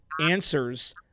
answers